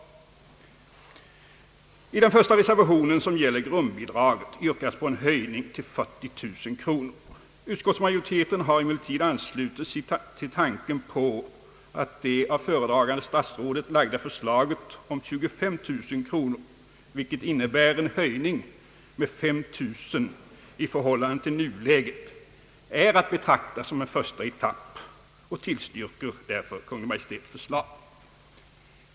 I den första reservationen på denna punkt, som gäller grundbidraget, yrkas på en höjning till 40 000 kronor. Utskottsmajoriteten har emellertid anslutit sig till tanken att det av föredragan de statsrådet framlagda förslaget om 25000 kronor, vilket innebär en höjning med 5000 kronor i förhållande till nuläget, är att betrakta som en första etapp och har därför tillstyrkt Kungl. Maj:ts förslag.